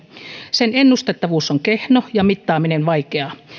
sen ennustettavuus on kehno ja mittaaminen vaikeaa